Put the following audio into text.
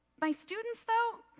by students though,